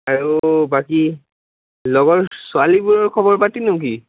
আৰু বাকী লগৰ ছোৱালীবোৰৰ খবৰ পাতিনো কি